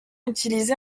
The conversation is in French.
utilisé